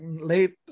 late